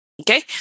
Okay